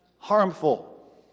harmful